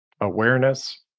awareness